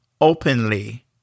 openly